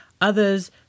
Others